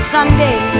Sunday